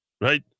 Right